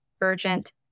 urgent